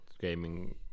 Gaming